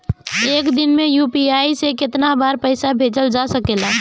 एक दिन में यू.पी.आई से केतना बार पइसा भेजल जा सकेला?